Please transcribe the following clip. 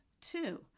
Two